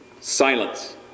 Silence